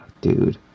dude